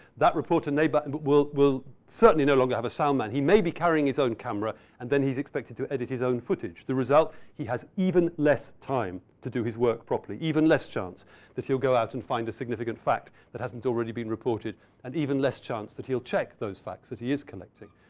that reporter but and but will will certainly no longer have a sound man. he may be carrying his own camera and then he's expected to edit his own footage. the result? he has even less time to do his work properly. even less chance that he'll go out and find a significant fact that hasn't already been reported and even less chance that he'll check those facts that he is collecting.